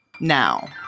now